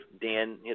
Dan